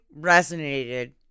resonated